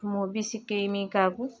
ମୁଁ ବି ଶିଖେଇମି କାହାକୁ